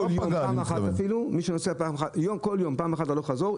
אפילו אם רק פעם אחת הלוך-חזור,